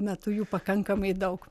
metu jų pakankamai daug